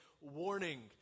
warning